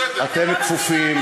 רגע,